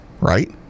right